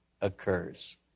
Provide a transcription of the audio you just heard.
occurs